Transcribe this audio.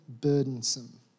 burdensome